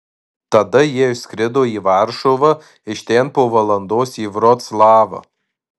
tada jie išskrido į varšuvą iš ten po valandos į vroclavą